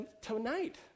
tonight